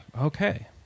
Okay